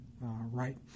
right